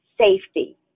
safety